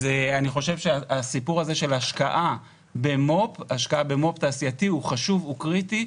סיפור ההשקעה במו"פ תעשייתי הוא חשוב וקריטי.